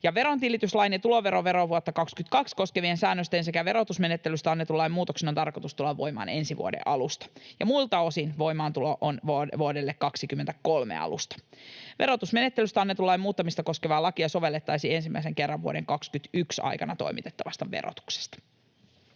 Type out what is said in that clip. Verontilityslain ja tuloveron verovuotta 22 koskevien säännösten sekä verotusmenettelystä annetun lain muutoksen on tarkoitus tulla voimaan ensi vuoden alusta, ja muilta osin voimaantulo on vuoden 23 alusta. Verotusmenettelystä annetun lain muuttamista koskevaa lakia sovellettaisiin ensimmäisen kerran vuoden 21 aikana toimitettavasta verotuksesta.